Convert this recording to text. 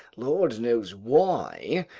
lord knows why,